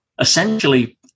essentially